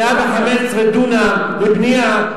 115 דונם לבנייה,